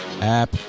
app